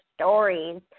stories